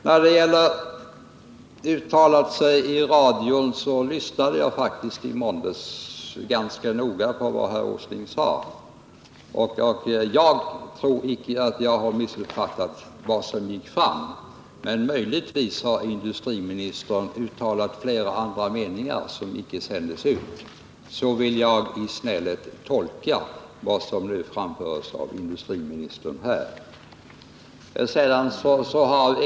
Vad beträffar uttalanden i radio vill jag säga att jag lyssnade faktiskt ganska noga på vad herr Åsling sade i måndags, och jag tror inte att jag har missuppfattat vad som gick fram. Möjligtvis har industriministern uttalat flera andra meningar som icke sändes ut — så vill jag i snällhet tolka vad industriministern har framfört här i dag.